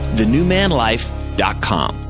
thenewmanlife.com